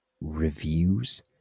reviews